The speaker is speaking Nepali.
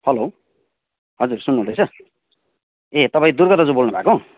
हेलो हजुर सुन्नुहुँदैछ ए तपाईँ दुर्गा दाजु बोल्नु भएको